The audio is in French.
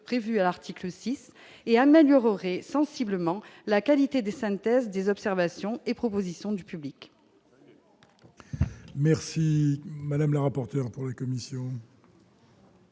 prévue à l'article 6 et améliorer sensiblement la qualité des synthèses des observations et propositions du public.